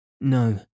No